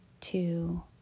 two